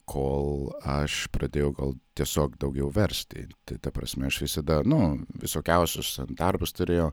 kol aš pradėjau gal tiesiog daugiau versti tai ta prasme aš visada nu visokiausius ten darbus turėjau